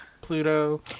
Pluto